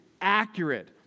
accurate